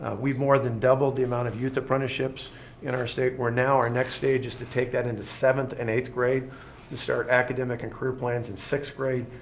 we've more than doubled the amount of youth apprenticeships in our state. we're now our next stage is to take that into seventh and eighth grade and start academic and career plans in sixth grade,